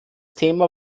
thema